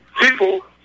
people